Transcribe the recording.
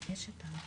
בבקשה.